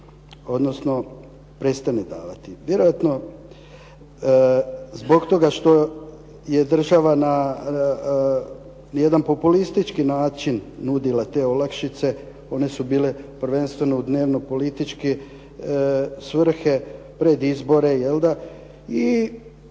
odnosno prestane davati. Vjerojatno zbog toga što je država na jedan populistički način nudila te olakšice one su bile prvenstveno u dnevno politički svrhe pred izbore i danas